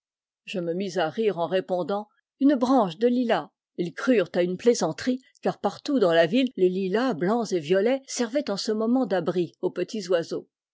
je me mis à rire en répondant une branche de lilas us crurent à une plaisanterie car partout dans la ville les lilas blancs et violets servaient en ce moment d'abri aux petits oiseaux